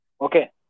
Okay